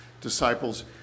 disciples